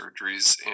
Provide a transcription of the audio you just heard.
surgeries